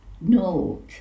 note